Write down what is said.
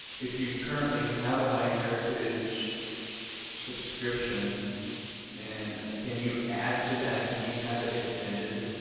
if you currently have a myheritage subscription and can you add to that? can you have it extended?